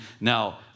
now